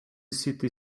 city